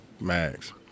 Mags